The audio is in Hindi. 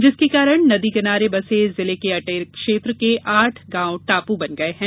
जिसके कारण नदी किनारे बसे जिले के अटेर क्षेत्र के आठ गांव टापू बन गये है